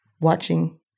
watching